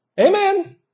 Amen